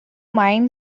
mind